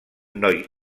noi